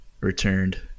returned